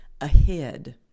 ahead